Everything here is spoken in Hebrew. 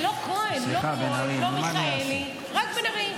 לא כהן, לא כהן, לא מיכאלי, רק בן ארי.